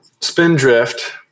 Spindrift